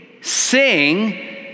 sing